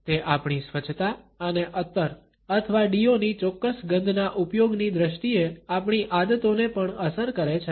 તે આપણી સ્વચ્છતા અને અત્તર અથવા ડીઓની ચોક્કસ ગંધના ઉપયોગની દ્રષ્ટિએ આપણી આદતોને પણ અસર કરે છે